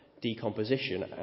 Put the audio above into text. decomposition